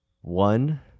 One